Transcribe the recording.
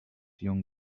during